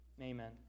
Amen